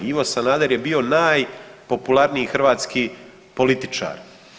Ivo Sanader je bio najpopularniji hrvatski političar.